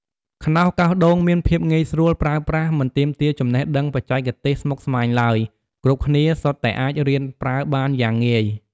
ខ្នោសកោងដូងមានភាពងាយស្រួលប្រើប្រាស់មិនទាមទារចំណេះដឹងបច្ចេកទេសស្មុគស្មាញឡើយ គ្រប់គ្នាសុទ្ធតែអាចរៀនប្រើបានយ៉ាងងាយ។